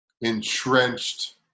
entrenched